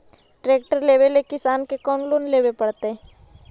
Tractor लेवेला किसान के कौन लोन लेवे पड़तई?